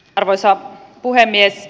arvoisa puhemies